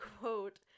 quote